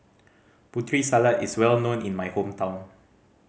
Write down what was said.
Putri Salad is well known in my hometown